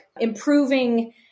improving